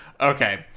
Okay